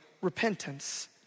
repentance